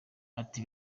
ati